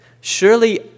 surely